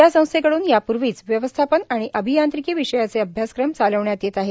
या संस्थेकडून यापूर्वीच व्यवस्थापन आणि अभियांत्रिकी विषयाचे अभ्यासक्रम चालविण्यात येत आहेत